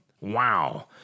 Wow